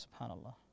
SubhanAllah